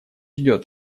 идет